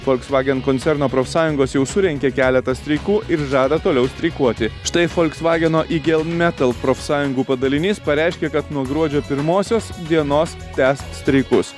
volkswagen koncerno profsąjungos jau surengė keletą streikų ir žada toliau streikuoti štai folksvageno igel metal profsąjungų padalinys pareiškė kad nuo gruodžio pirmosios dienos tęs streikus